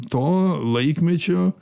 to laikmečio